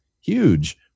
huge